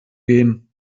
gehen